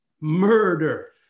murder